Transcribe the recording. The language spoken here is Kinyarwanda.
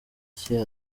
cye